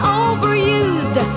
overused